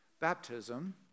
baptism